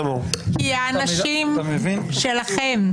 -- כי האנשים שלכם,